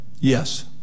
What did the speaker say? Yes